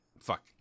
fuck